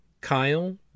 Kyle